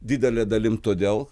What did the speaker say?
didele dalim todėl